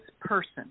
person